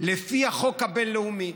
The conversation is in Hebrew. לפי החוק הבין-לאומי.